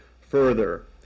further